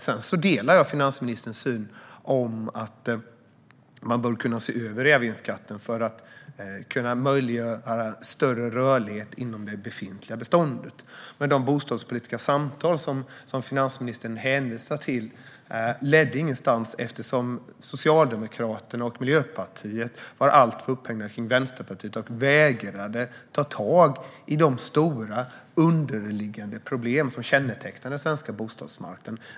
Jag delar finansministerns syn på att man bör kunna se över reavinstskatten för att möjliggöra större rörlighet inom det befintliga beståndet. De bostadspolitiska samtal som finansministern hänvisar till ledde ingenstans, eftersom Socialdemokraterna och Miljöpartiet var alltför upphängda vid Vänsterpartiet och vägrade ta tag i de stora underliggande problem som kännetecknar den svenska bostadsmarknaden.